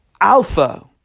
Alpha